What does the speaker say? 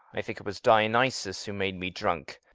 i think it was dionysos who made me drunk.